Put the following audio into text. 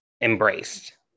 embraced